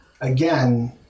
again